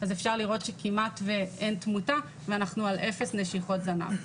אז אפשר לראות שכמעט ואין תמותה ואנחנו על אפס נשיכות זנב.